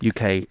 UK